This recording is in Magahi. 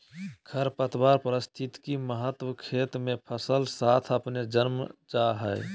खरपतवार पारिस्थितिक महत्व खेत मे फसल साथ अपने जन्म जा हइ